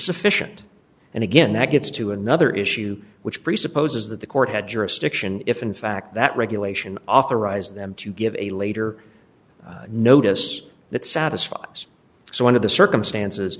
sufficient and again that gets to another issue which presupposes that the court had jurisdiction if in fact that regulation authorized them to give a later notice that satisfies so one of the circumstances